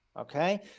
Okay